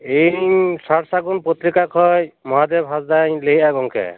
ᱤᱧ ᱥᱟᱨ ᱥᱟᱹᱜᱩᱱ ᱯᱚᱛᱨᱤᱠᱟ ᱠᱷᱚᱱ ᱢᱚᱦᱟᱫᱮᱵᱽ ᱦᱟᱸᱥᱫᱟᱜ ᱞᱟᱹᱭᱮᱜᱫᱟ ᱜᱚᱢᱠᱮ